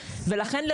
לכן,